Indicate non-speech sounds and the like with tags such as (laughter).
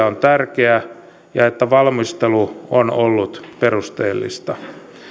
(unintelligible) on tärkeä ja että valmistelu on ollut perusteellista